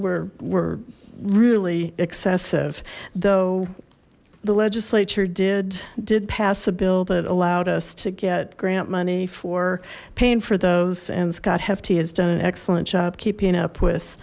ere were really excessive though the legislature did did pass a bill that allowed us to get grant money for paying for those and scott hefty has done an excellent job keeping up with